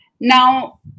Now